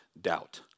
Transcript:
doubt